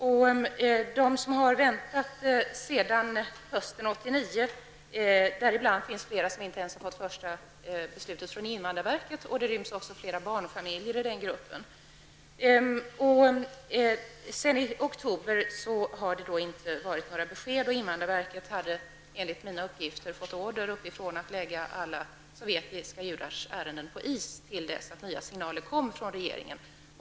Bland dem som har väntat sedan hösten 1989 finns flera som inte ens har fått det första beslutet från invandrarverket, och det ryms även flera barnfamiljer i den gruppen. Sedan oktober har det inte kommit några besked, och invandrarverket hade enligt mina uppgifter fått order uppifrån att lägga alla ärenden rörande sovjetiska judar på is till dess att nya signaler kom från regeringen.